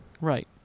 Right